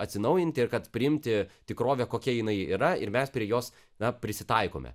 atsinaujinti ir kad priimti tikrovę kokia jinai yra ir mes prie jos na prisitaikome